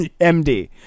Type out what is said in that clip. MD